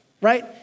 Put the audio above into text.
right